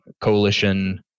coalition